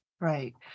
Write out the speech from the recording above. Right